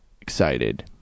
excited